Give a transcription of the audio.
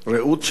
רעות של אחים,